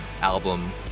album